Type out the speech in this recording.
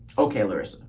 okay louis,